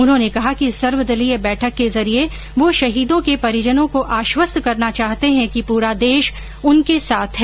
उन्होंने कहा कि सर्वदलीय बैठक के जरिए वह शहीदों के परिजनों को आश्वस्त करना चाहते हैं कि पूरा देश उनके साथ है